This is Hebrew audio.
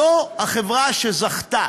זו החברה שזכתה